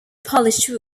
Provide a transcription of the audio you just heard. polished